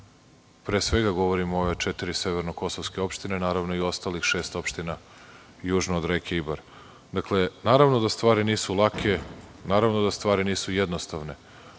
pre svega govorim o ove četiri severno kosovske opštine, naravno i ostalih 600 opština južno od reke Ibar. Dakle, naravno, da stvari nisu lake, naravno da stvari nisu jednostavne.